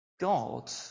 God